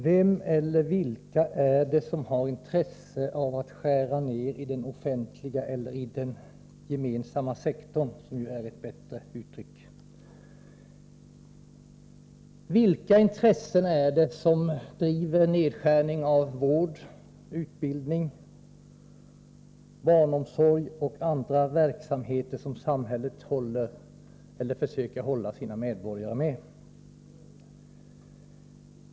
Herr talman! Vem är det som har intresse av att skära ned i den offentliga sektorn — eller den gemensamma sektorn, som är ett bättre uttryck? Vilka intressen är det som driver nedskärningen av vård, utbildning, barnomsorg och andra verksamheter, som samhället försöker hålla sina medborgare med?